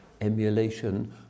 emulation